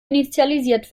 initialisiert